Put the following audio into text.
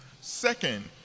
Second